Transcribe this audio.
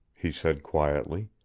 he said quietly.